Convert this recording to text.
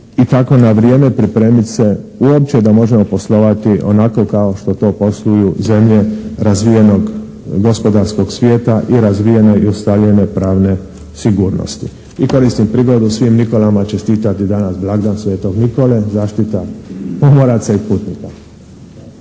i tako na vrijeme pripremit se uopće da možemo poslovati onako kao što to posluju zemlje razvijenog gospodarskog svijeta i razvijenoj i ustaljenoj pravne sigurnosti. I koristim prigodu svim Nikolama čestitati danas blagdan Svetog Nikole, zaštitnika pomoraca i putnika.